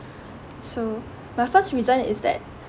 so my first reason is that